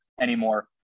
anymore